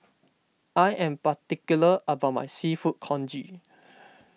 I am particular about my Seafood Congee